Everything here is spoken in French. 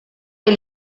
est